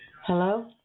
Hello